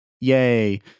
Yay